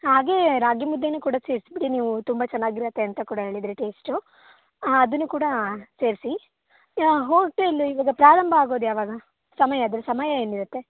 ಹಾಗೇ ರಾಗಿ ಮುದ್ದೆನೂ ಕೂಡ ಸೇರಿಸಿಬಿಡಿ ನೀವು ತುಂಬ ಚೆನ್ನಾಗಿರತ್ತೆ ಅಂತ ಕೂಡ ಹೇಳಿದಿರಿ ಟೇಸ್ಟ್ ಅದನ್ನು ಕೂಡ ಸೇರಿಸಿ ಹೋಟೆಲ್ ಇವಾಗ ಪ್ರಾರಂಭ ಆಗೋದ್ಯಾವಾಗ ಸಮಯ ಅದರ ಸಮಯ ಏನಿರತ್ತೆ